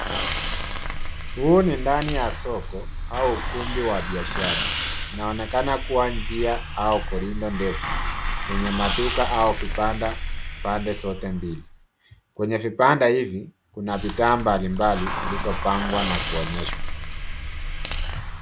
Huu ni ndani ya soko au ukumbi wa biashara. Inaonekana kuwa njia au korido ndefu yenye maduka au vibanda pande zote mbili. Kwenye vibanda hivi kuna bidhaa mbalimbali zilizo pangwa na kuonyeshwa.